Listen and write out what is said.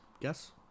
Guess